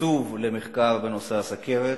תקצוב למחקר בנושא הסוכרת.